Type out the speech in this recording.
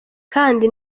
kandi